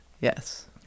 Yes